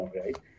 right